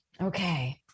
Okay